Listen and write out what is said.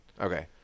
Okay